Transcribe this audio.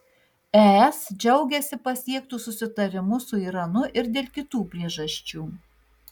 es džiaugiasi pasiektu susitarimu su iranu ir dėl kitų priežasčių